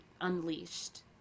unleashed